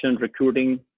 recruiting